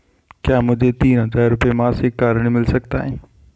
क्या मुझे तीन हज़ार रूपये मासिक का ऋण मिल सकता है?